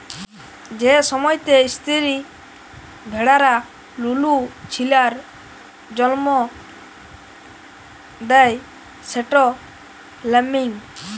যে সময়তে ইস্তিরি ভেড়ারা লুলু ছিলার জল্ম দেয় সেট ল্যাম্বিং